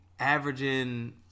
Averaging